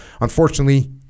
Unfortunately